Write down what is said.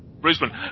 Brisbane